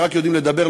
שרק יודעים לדבר,